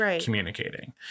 communicating